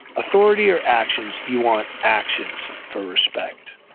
authority or actions, you want actions for respect.